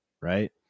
right